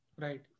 Right